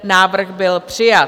Návrh byl přijat.